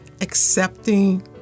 accepting